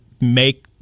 make